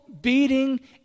beating